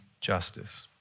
justice